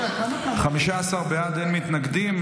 15 בעד, אין מתנגדים.